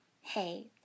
Hey